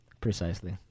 precisely